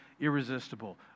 irresistible